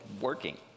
working